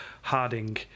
Harding